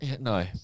No